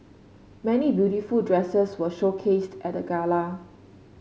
many beautiful dresses were showcased at the gala